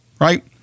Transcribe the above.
right